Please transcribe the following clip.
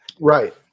right